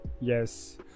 yes